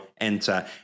enter